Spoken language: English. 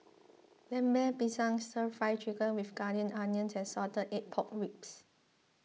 Lemper Pisang Stir Fry Chicken with Ginger Onions and Salted Egg Pork Ribs